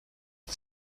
das